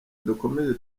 dukomeze